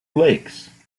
lakes